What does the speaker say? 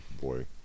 boy